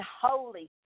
Holy